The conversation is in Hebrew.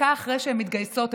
ודקה אחרי שהן מתגייסות,